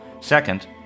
Second